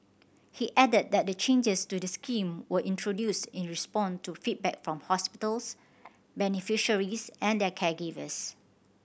he added that the changes to the scheme were introduced in response to feedback from hospitals beneficiaries and their caregivers